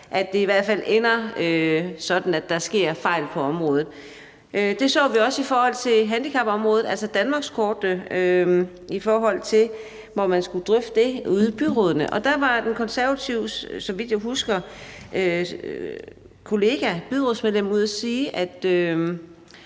at det i hvert fald ender sådan, at der sker fejl på området. Det så vi også i forhold til danmarkskortet over handicapområdet, altså i forhold til at man skulle drøfte det ude i byrådene. Og der var den konservative ordførers kollega, et konservativt byrådsmedlem, så vidt